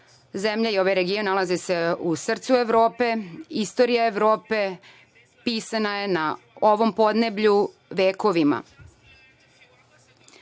zemlja i ovaj region, nalaze se u srcu Evrope, istoriji Evrope, pisana je na ovom podneblju vekovima. Pre